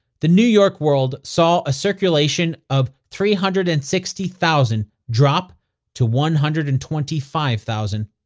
the new york world saw a circulation of three hundred and sixty thousand drop to one hundred and twenty five thousand.